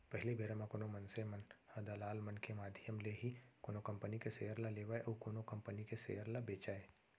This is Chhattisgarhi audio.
पहिली बेरा म कोनो मनसे मन ह दलाल मन के माधियम ले ही कोनो कंपनी के सेयर ल लेवय अउ कोनो कंपनी के सेयर ल बेंचय